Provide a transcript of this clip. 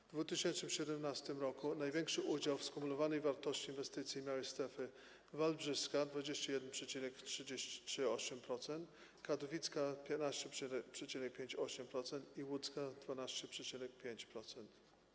W 2017 r. największy udział w skumulowanej wartości inwestycji miały strefy: wałbrzyska - 21,38%, katowicka - 15,58% i łódzka - 12,5%.